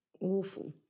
Awful